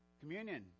communion